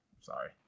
sorry